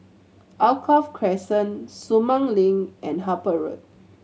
Alkaff Crescent Sumang Link and Harper Road